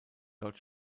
dort